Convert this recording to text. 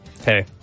Hey